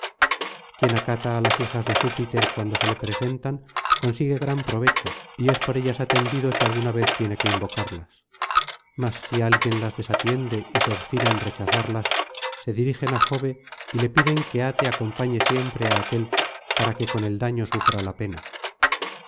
quien acata á las hijas de júpiter cuando se le presentan consigue gran provecho y es por ellas atendido si alguna vez tiene que invocarlas mas si alguien las desatiende y se obstina en rechazarlas se dirigen á jove y le piden que ate acompañe siempre á aquél para que con el daño sufra la pena